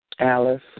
Alice